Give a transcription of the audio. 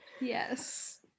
yes